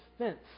defense